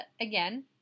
again